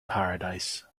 paradise